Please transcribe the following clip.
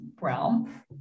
realm